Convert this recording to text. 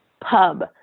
pub